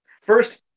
First